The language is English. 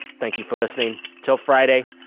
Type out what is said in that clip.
thank you for listening. until friday,